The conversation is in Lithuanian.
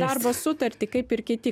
darbo sutartį kaip ir kiti